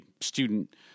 student